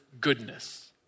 goodness